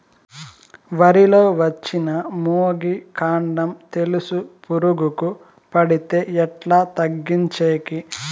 వరి లో వచ్చిన మొగి, కాండం తెలుసు పురుగుకు పడితే ఎట్లా తగ్గించేకి?